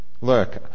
Look